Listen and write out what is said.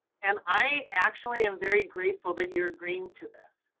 and i actually am very grateful that you're agreeing to this.